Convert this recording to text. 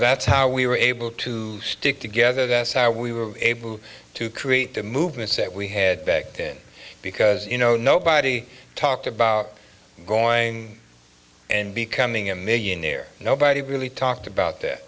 that's how we were able to stick together that's how we were able to create the movements that we had back then because you know nobody talked about going and becoming a millionaire nobody really talked about that